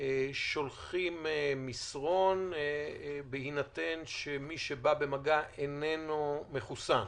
שולחים מסרון בהינתן שמי שבא במגע איננו מחוסן,